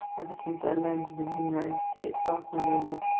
ever since i landed in the united states last november,